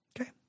Okay